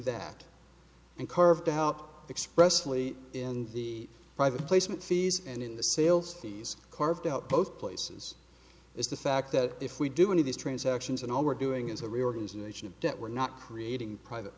that and carved out expressly in the private placement fees and in the sales fees carved out both places is the fact that if we do any of these transactions and all we're doing is a reorganization of debt we're not creating private